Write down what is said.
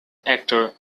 actor